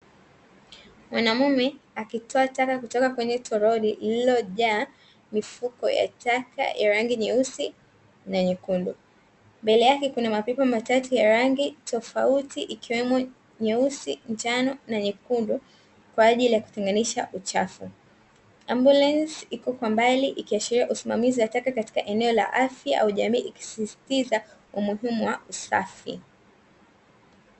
Mwanamume akitoa taka kutoka kwenye toroli lililojaa mifuko ya taka ya rangi nyeusi na nyekundu. Mbele yake kuna mapipa matatu ya rangi tofauti ikiwemo nyeusi, njano na nyekundu kwa ajili ya kutenganisha uchafu. Ambulance iko kwa mbali ikiashiria usimamizi wa taka katika eneo la afya au jamii ikisisitiza umuhimu wa usafi.